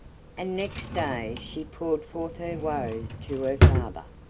and next day she poured forth her woes to her father,